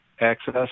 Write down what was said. access